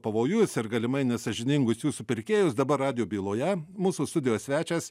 pavojus ir galimai nesąžiningus jų supirkėjus dabar radijo byloje mūsų studijos svečias